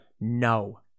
no